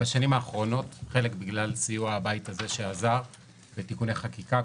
בשנים האחרונות חלק בגלל סיוע הבית הזה שעזר בתיקוני חקיקה,